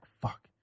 fuck